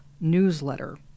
newsletter